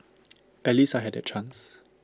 at least I had that chance